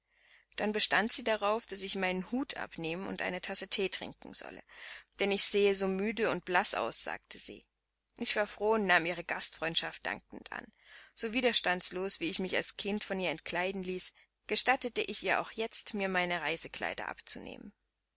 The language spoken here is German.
dann bestand sie darauf daß ich meinen hut abnehmen und eine tasse thee trinken solle denn ich sehe so müde und blaß aus sagte sie ich war froh und nahm ihre gastfreundschaft dankend an so widerstandslos wie ich mich als kind von ihr entkleiden ließ gestattete ich ihr auch jetzt mir meine reisekleider abzunehmen